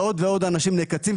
ועוד ועוד אנשים נעקצים,